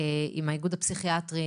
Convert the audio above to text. עם האיגוד הפסיכיאטרי,